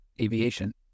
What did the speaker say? aviation